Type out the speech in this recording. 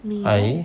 I